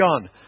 John